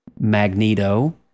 Magneto